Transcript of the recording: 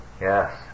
Yes